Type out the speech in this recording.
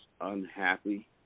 unhappy